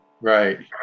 Right